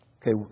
Okay